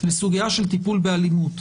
לסוגיה של טיפול באלימות,